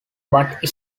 but